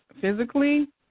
physically